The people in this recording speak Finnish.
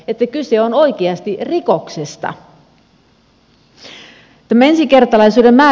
että kyse on oikeasti rikoksesta